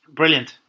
brilliant